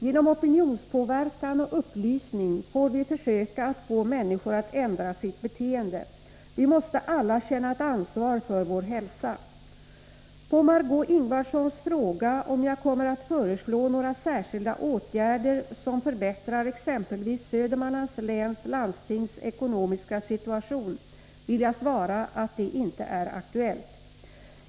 Genom opinionspåverkan och upplysning får vi försöka att få människor att ändra sitt beteende. Vi måste alla känna ett ansvar för vår hälsa. På Marg6é Ingvardssons fråga om jag kommer att föreslå några särskilda åtgärder som förbättrar exempelvis Södermanlands läns landstings ekonomiska situation vill jag svara att det inte är aktuellt.